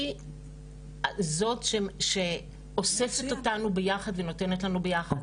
היא זאת שאוספת אותנו ביחד ונותנת לנו ביחד,